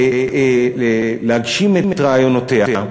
להגשים את רעיונותיה,